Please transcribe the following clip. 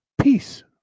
peace